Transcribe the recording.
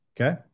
okay